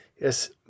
yes